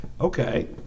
okay